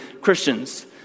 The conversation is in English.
Christians